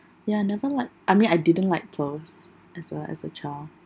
ya never like I mean I didn't like pearls as well as a child